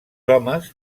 homes